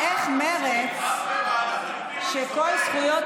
איך מרצ, שכל זכויות